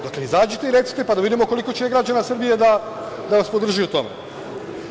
Dakle, izađite i recite, pa da vidimo koliko će građana Srbije da vas podrži u tome.